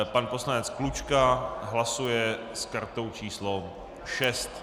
Pan poslanec Klučka hlasuje s kartou číslo 6.